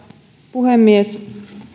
puhemies